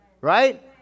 Right